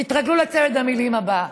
תתרגלו לצמד המילים הבא: